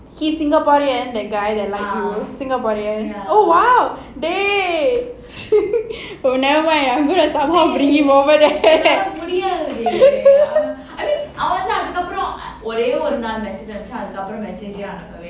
he's singaporean the guy that like you singaporean oh !wow! dey never mind I'm gonna somehow bring him over there